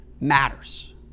matters